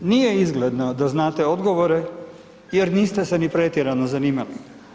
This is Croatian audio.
Nije izgledno da znate odgovore jer niste ni pretjerano zanimali.